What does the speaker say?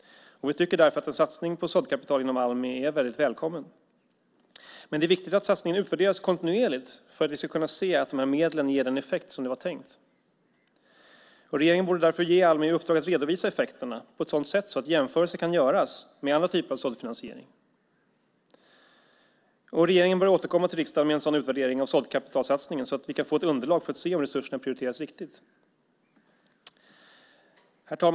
Vi tycker därför att en satsning på såddkapital inom Almi är väldigt välkommen. Det är viktigt att satsningen utvärderas kontinuerligt för att vi ska kunna se att de här medlen ger den effekt som det var tänkt. Regeringen borde därför ge Almi i uppdrag att redovisa effekterna på ett sådant sätt att jämförelser kan göras med andra typer av såddfinansiering. Regeringen bör återkomma till riksdagen med en sådan utvärdering av såddkapitalsatsningen så att vi kan få ett underlag för att se om resurserna prioriteras riktigt. Herr talman!